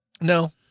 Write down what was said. No